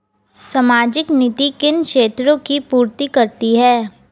सामाजिक नीति किन क्षेत्रों की पूर्ति करती है?